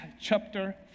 chapter